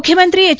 ಮುಖ್ಯಮಂತ್ರಿ ಎಚ್